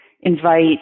invite